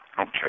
okay